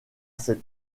cet